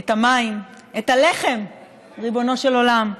את המים, את הלחם, ריבונו של עולם,